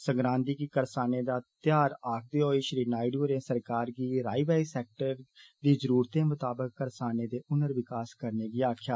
सक्रांति गी करसाने दा त्यौहार आखदे होई श्री नायडू होरें सरकार गी राई बाई सैक्टर दी जरुरतें मताबक करसानें दे हुनर विकास करने गी आक्खेआ